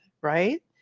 Right